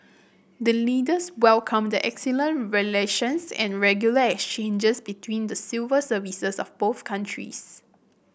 the Leaders welcomed the excellent relations and regular exchanges between the civil services of both countries